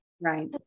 Right